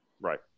Right